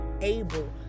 able